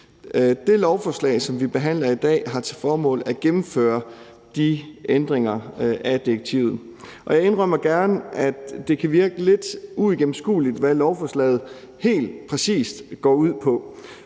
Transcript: Det lovforslag, som vi behandler i dag, har til formål at gennemføre de ændringer af direktivet. Jeg indrømmer gerne, at det kan virke lidt uigennemskueligt, hvad lovforslaget helt præcis går ud på,